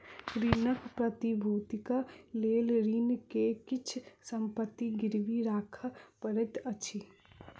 ऋणक प्रतिभूतिक लेल ऋणी के किछ संपत्ति गिरवी राखअ पड़ैत अछि